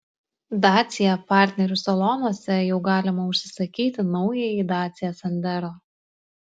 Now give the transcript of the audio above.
dacia partnerių salonuose jau galima užsisakyti naująjį dacia sandero